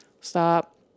stop